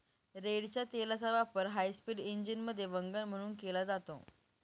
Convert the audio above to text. रेडच्या तेलाचा वापर हायस्पीड इंजिनमध्ये वंगण म्हणून केला जातो